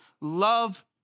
love